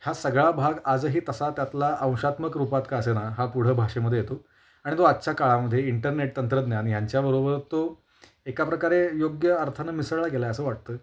हा सगळा भाग आजही तसा त्यातला अंशात्मक रूपात का असेना हा पुढं भाषेमध्ये येतो आणि तो आजच्या काळामध्ये ईंटरनेट तंत्रज्ञान यांच्याबरोबर तो एका प्रकारे योग्य अर्थानं मिसळला गेला आहे असं वाटतं